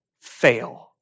fail